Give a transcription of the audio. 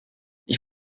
ich